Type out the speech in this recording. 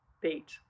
beat